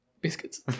Biscuits